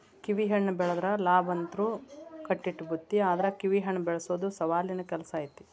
ಕಿವಿಹಣ್ಣ ಬೆಳದ್ರ ಲಾಭಂತ್ರು ಕಟ್ಟಿಟ್ಟ ಬುತ್ತಿ ಆದ್ರ ಕಿವಿಹಣ್ಣ ಬೆಳಸೊದು ಸವಾಲಿನ ಕೆಲ್ಸ ಐತಿ